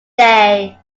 day